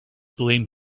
blame